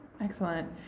Excellent